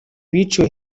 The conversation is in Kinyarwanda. biciwe